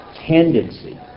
tendency